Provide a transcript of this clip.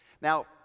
Now